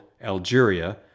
Algeria